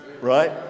right